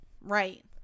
right